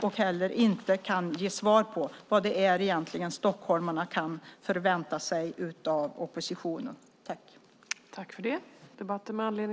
Oppositionen kan inte heller ge svar på vad stockholmarna kan förvänta sig av oppositionen.